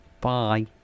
bye